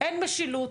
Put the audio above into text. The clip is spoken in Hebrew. אין משילות.